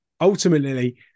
ultimately